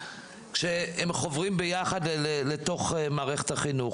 והם חוברים יחד למערכת החינוך.